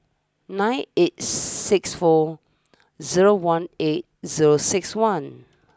nine eight six four zero one eight zero six one